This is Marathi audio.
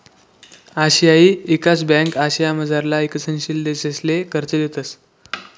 आशियाई ईकास ब्यांक आशियामझारला ईकसनशील देशसले कर्ज देतंस